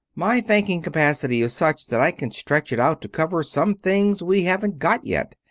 my thanking capacity is such that i can stretch it out to cover some things we haven't got yet.